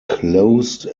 closed